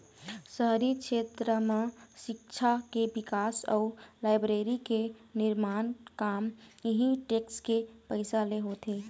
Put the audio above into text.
शहरी छेत्र म सिक्छा के बिकास अउ लाइब्रेरी के निरमान काम इहीं टेक्स के पइसा ले होथे